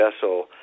vessel